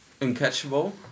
uncatchable